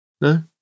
No